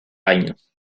años